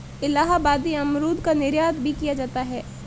इलाहाबादी अमरूद का निर्यात भी किया जाता है